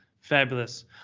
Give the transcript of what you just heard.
Fabulous